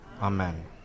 Amen